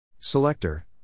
Selector